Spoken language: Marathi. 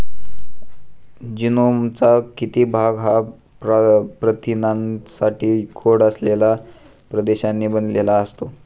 जीनोमचा किती भाग हा प्रथिनांसाठी कोड असलेल्या प्रदेशांनी बनलेला असतो?